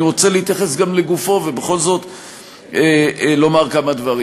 אני רוצה להתייחס גם לגופו ובכל זאת לומר כמה דברים.